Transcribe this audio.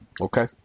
Okay